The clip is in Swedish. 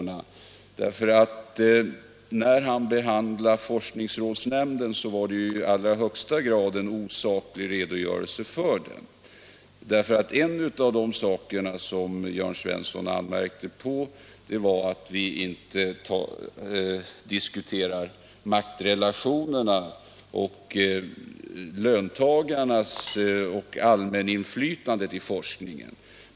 När han behandlade forskningsrådsnämnden lämnade han en i allra högsta grad osaklig redogörelse för den. En av de saker Jörn Svensson anmärkte på var att vi inte diskuterar maktrelationerna, dvs. löntagarnas och allmänhetens inflytande på forskningen.